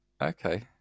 Okay